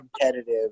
competitive